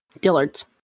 Dillard's